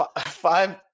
five